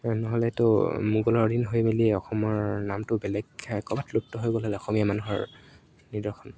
নহ'লেতো মোগলৰ অধীন হৈ মেলি অসমৰ নামটো বেলেগ ঠাই ক'ৰবাত লুপ্ত হৈ গ'ল হ'লে অসমীয়া মানুহৰ নিৰ্দৰ্শন